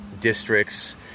districts